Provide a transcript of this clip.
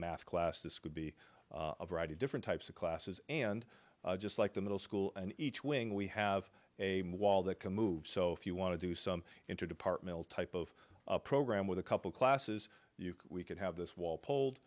math class this could be a variety of different types of classes and just like the middle school and each wing we have a wall that can move so if you want to do some interdepartmental type of program with a couple classes you can we could have this wall p